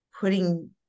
putting